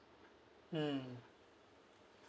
mm